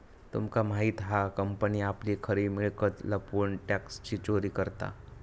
तुमका माहित हा कंपनी आपली खरी मिळकत लपवून टॅक्सची चोरी करता